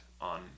on